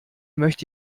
möchte